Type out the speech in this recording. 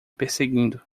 perseguindo